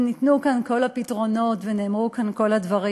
וניתנו כאן כל הפתרונות, ונאמרו כאן כל הדברים,